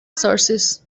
sources